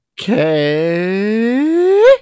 Okay